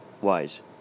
wise